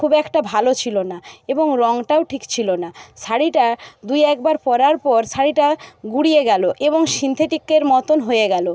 খুব একটা ভালো ছিল না এবং রংটাও ঠিক ছিল না শাড়িটা দুই একবার পরার পর শাড়িটা গুঁড়িয়ে গেল এবং সিন্থেটিকের মতন হয়ে গেল